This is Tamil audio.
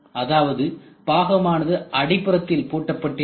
அதாவது பாகமானது அடிப்புறத்தில் பூட்டப்பட்டிருக்கும்